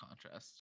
contrast